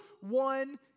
one